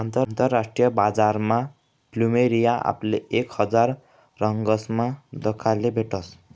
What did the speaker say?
आंतरराष्ट्रीय बजारमा फ्लुमेरिया आपले एक हजार रंगसमा दखाले भेटस